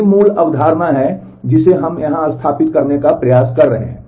यही मूल अवधारणा है जिसे हम यहां स्थापित करने का प्रयास कर रहे हैं